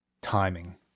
timing